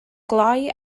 glou